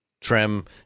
trim